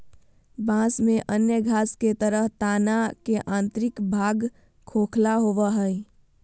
बाँस में अन्य घास के तरह तना के आंतरिक भाग खोखला होबो हइ